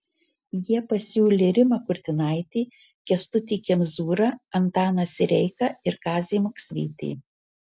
jie pasiūlė rimą kurtinaitį kęstutį kemzūrą antaną sireiką ir kazį maksvytį